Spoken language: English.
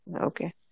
Okay